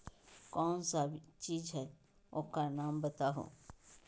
कौन सा चीज है ओकर नाम बताऊ?